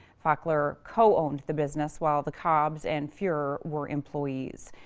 fakler co-owned the business, while the cobbs and fuehrer were employees.